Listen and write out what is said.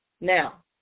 now